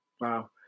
wow